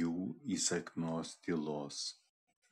jų įsakmios tylos